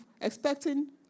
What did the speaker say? expecting